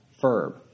verb